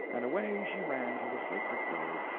and away she ran to the sacred grove,